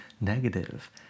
negative